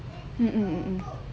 mmhmm